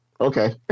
okay